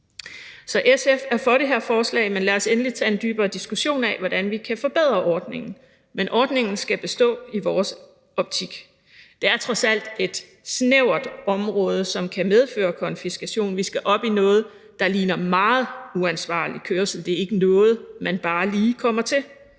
SF er for det her forslag, men lad os endelig tage en dybere diskussion om, hvordan vi kan forbedre ordningen. Men ordningen skal i vores optik bestå. Det er trods alt et snævert område, som kan medføre konfiskation. Vi skal op i noget, der ligner meget uansvarlig kørsel; det er ikke noget, man bare lige kommer til.